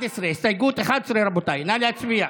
להסתייגות 11. נא להצביע.